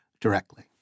directly